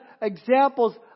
examples